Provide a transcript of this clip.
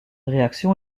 réaction